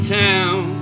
town